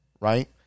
right